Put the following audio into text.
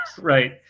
Right